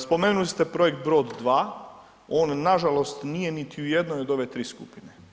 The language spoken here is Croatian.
Spomenuli ste projekt Brod 2, on nažalost, nije niti u jednoj od ove tri skupine.